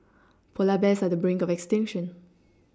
polar bears are on the brink of extinction